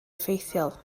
effeithiol